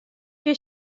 kear